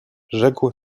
rzekł